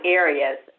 areas